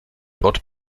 dort